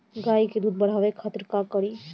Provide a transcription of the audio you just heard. गाय के दूध बढ़ावे खातिर का करी?